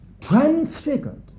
transfigured